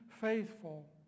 faithful